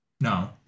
no